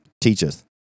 teacheth